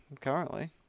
currently